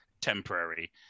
temporary